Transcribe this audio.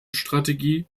strategie